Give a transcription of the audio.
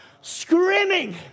Screaming